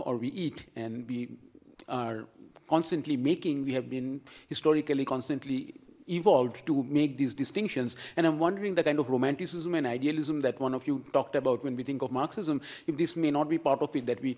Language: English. or we eat and be constantly making we have been historically constantly evolved to make these distinctions and i'm wondering that kind of romanticism and idealism that one of you talked about when we think of marxism if this may not be part of it that we